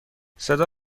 صدا